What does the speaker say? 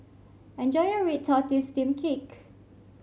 enjoy your Red Tortoise Steamed Cake